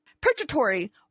Purgatory